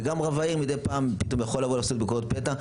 וגם רב העיר יכול לעשות ביקורת פתע מדי פעם.